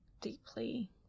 deeply